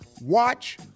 watch